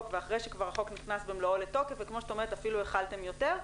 ואחרי שכבר החוק נכנס במלואו לתוקף וכמו שאת אומרת אפילו החלתם יותר,